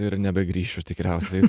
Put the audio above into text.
ir nebegrįšiu tikriausiai